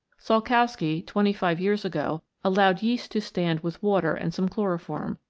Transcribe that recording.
salkowski twenty-five years ago allowed yeast to stand with water and some chloroform,